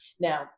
Now